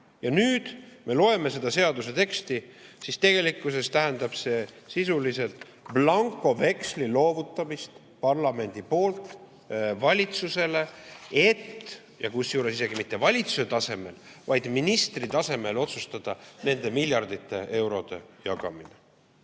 Ja nüüd me loeme seda seaduse teksti. Tegelikkuses tähendab see sisuliselt blankoveksli loovutamist parlamendi poolt valitsusele, et – ja kusjuures isegi mitte valitsuse tasemel, vaid ministri tasemel – otsustada nende miljardite eurode jagamine.